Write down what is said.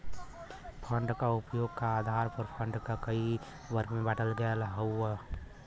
fund क उपयोग क आधार पर फण्ड क कई वर्ग में बाँटल गयल हउवे